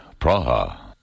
Praha